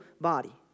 body